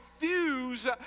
refuse